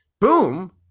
Boom